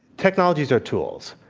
technologies are tools,